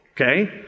Okay